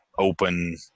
open